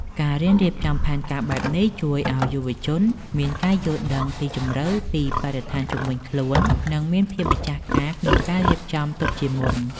ការរៀនរៀបចំផែនការបែបនេះ ជួយឱ្យយុវជនមានការយល់ដឹងស៊ីជម្រៅពីបរិស្ថានជុំវិញខ្លួន និងមានភាពម្ចាស់ការក្នុងការរៀបចំទុកជាមុន។